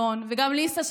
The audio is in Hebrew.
דון וגם ליסה,